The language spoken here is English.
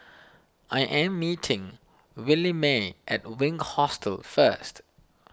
I am meeting Williemae at Wink Hostel first